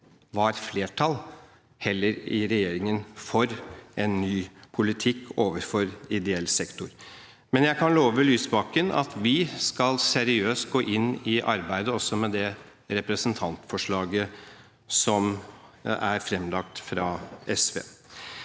var flertall i regjeringen for en ny politikk overfor ideell sektor, men jeg kan love Lysbakken at vi seriøst skal gå inn i arbeidet også med det representantforslaget som er fremlagt fra SV.